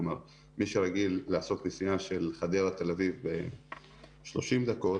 כלומר מי שרגיל לעשות נסיעה של חדרה-תל אביב ב-30 דקות,